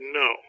no